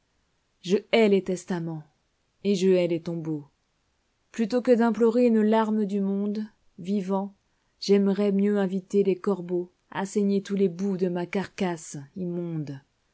je hais les testaments et je hais les tombeaux plutôt que d'implorer une larme du monde vivant j'aimerais mieux inviter les corbeauxa saigner tous les bouts de ma carcasse immonde